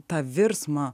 tą virsmą